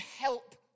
help